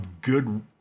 good